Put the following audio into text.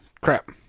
crap